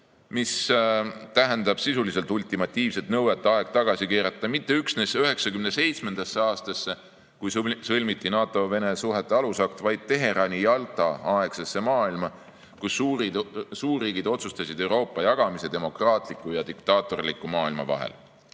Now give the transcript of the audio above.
mis tähendab sisuliselt ultimatiivset nõuet aeg tagasi keerata mitte üksnes 1997. aastasse, kui sõlmiti NATO-Vene suhete alusakt, vaid Teherani-Jalta aegsesse maailma, kus suurriigid otsustasid Euroopa jagamise demokraatliku ja diktaatorliku maailma